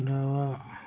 डावा